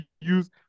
use